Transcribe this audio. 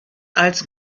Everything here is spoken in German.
als